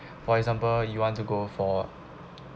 for example you want to go for